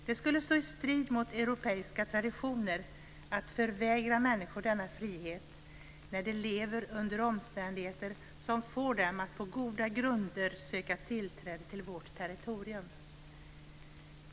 Det skulle stå i strid mot europeiska traditioner att förvägra människor denna frihet när de lever under omständigheter som får dem att på goda grunder söka tillträde till vårt territorium.